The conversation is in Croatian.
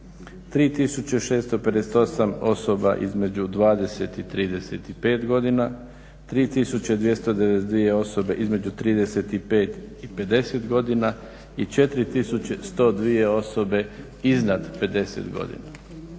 3658 osoba između 20 i 35 godina. 3292 osobe između 35 i 50 godina i 4102 osobe iznad 50 godina.